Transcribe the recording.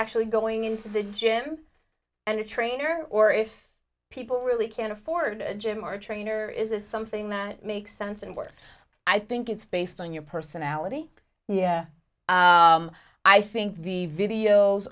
actually going into the gym and a trainer or if people really can't afford a gym or trainer is it something that makes sense and works i think it's based on your personality yeah i think the videos